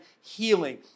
healing